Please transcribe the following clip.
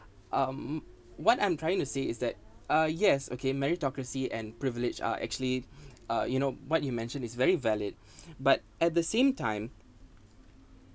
um what I'm trying to say is that uh yes okay meritocracy and privilege are actually uh you know what you mentioned is very valid but at the same time